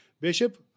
Bishop